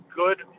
good